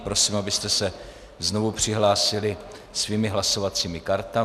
Prosím, abyste se znovu přihlásili svými hlasovacími kartami.